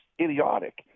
idiotic